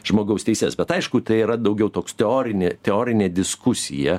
žmogaus teises bet aišku tai yra daugiau toks teorinė teorinė diskusija